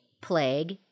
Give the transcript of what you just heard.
plague